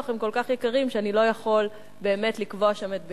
הם כל כך יקרים שאני לא יכול באמת לקבוע שם את ביתי.